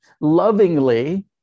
lovingly